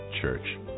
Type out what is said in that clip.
church